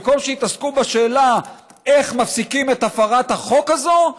במקום שיתעסקו בשאלה איך מפסיקים את הפרת החוק הזאת,